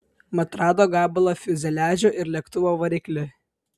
mat rado gabalą fiuzeliažo ir lėktuvo variklį